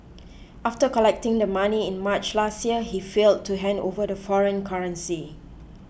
after collecting the money in March last year he failed to hand over the foreign currency